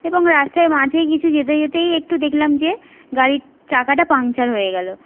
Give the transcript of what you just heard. এবং রাস্তায় মাঝে কিছু যেতে যেতেই একটু দেখলাম যে গাড়ির চাকাটা পাংচার হয়ে গেল